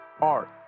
art